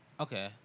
Okay